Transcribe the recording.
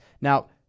Now